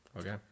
Okay